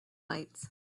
lights